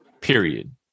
Period